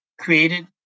created